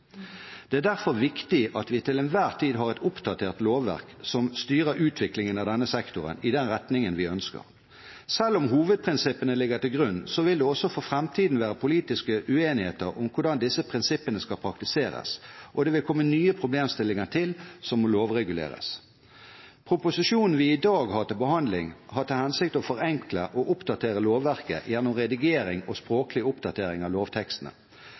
Det er derfor viktig at vi til enhver tid har et oppdatert lovverk som styrer utviklingen av denne sektoren i den retningen vi ønsker. Selv om hovedprinsippene ligger til grunn, vil det også for framtiden være politiske uenigheter om hvordan disse prinsippene skal praktiseres, og det vil komme nye problemstillinger til som må lovreguleres. Proposisjonen vi i dag har til behandling, har til hensikt å forenkle og oppdatere lovverket gjennom redigering og språklig oppdatering av lovtekstene.